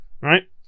right